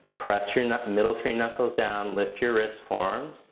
press your middle three knuckles down lift your wrists forearms.